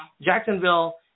Jacksonville